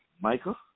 Michael